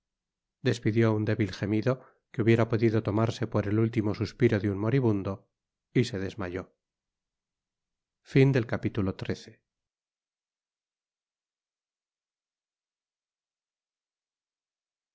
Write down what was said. despidió un débil gemido que hubiera podido tomarse por el último suspiro de un moribundo y se desmayó